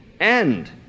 end